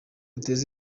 duteze